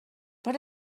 per